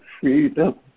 freedom